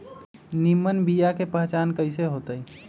निमन बीया के पहचान कईसे होतई?